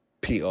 PR